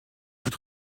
peut